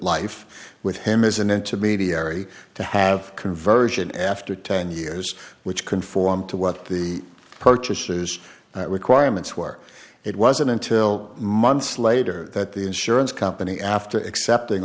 life with him as an intermediary to have conversion after ten years which conform to what the purchases requirements were it wasn't until months later that the insurance company after accepting